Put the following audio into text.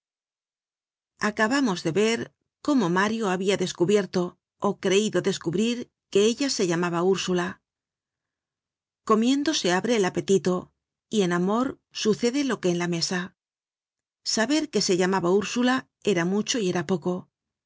acabamos de ver cómo mario habia descubierto ó creido descubrir que ella se llamaba ursula comiendo se abre el apetito y en amor sucede lo que en la mesa saber que se llamaba ursula era mucho y era poco